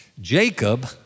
Jacob